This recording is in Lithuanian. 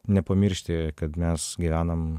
nepamiršti kad mes gyvenam